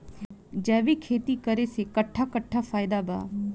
जैविक खेती करे से कट्ठा कट्ठा फायदा बा?